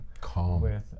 calm